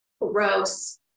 Gross